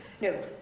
No